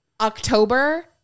October